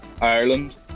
Ireland